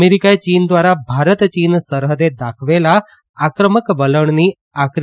અમેરીકાએ ચીન દ્વારા ભારત ચીન સરહદે દાખવેલા આક્રમક વલણની આકરી